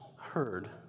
heard